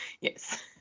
Yes